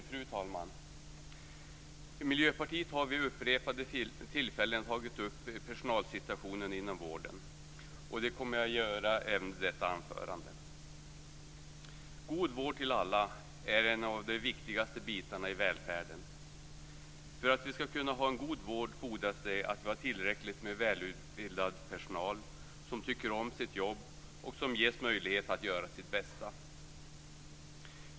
Fru talman! Miljöpartiet har vid upprepade tillfällen tagit upp personalsituationen inom vården. Det kommer jag att göra även i detta anförande. God vård till alla är en av de viktigaste bitarna i välfärden. För att vi skall kunna ha en god vård fordras det att vi har tillräckligt med välutbildad personal som tycker om sitt jobb och som ges möjlighet att göra sitt bästa.